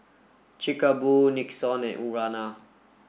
chic a Boo Nixon and Urana